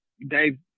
Dave